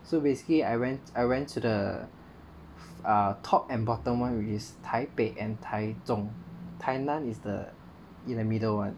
so basically I went I went to the a top and bottom one which is taipei and taichung tainan is the in the middle one